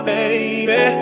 Baby